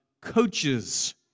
coaches